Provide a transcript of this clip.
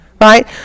Right